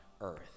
earth